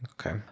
Okay